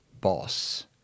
boss